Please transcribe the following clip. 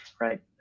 Right